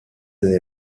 année